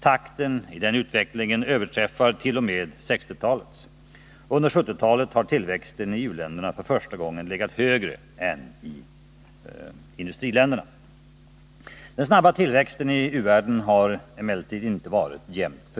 Takten i den utvecklingen överträffar t.o.m. 1960-talets. Under 1970-talet har tillväxten i u-länderna för första gången legat högre än i i-länderna. Den snabba tillväxten i u-världen har emellertid inte varit jämnt